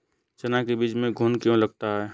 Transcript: चना के बीज में घुन क्यो लगता है?